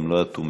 הם לא אטומים.